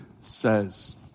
says